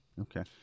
Okay